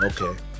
Okay